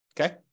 Okay